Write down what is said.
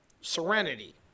Serenity